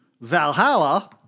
Valhalla